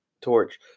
torch